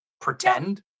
pretend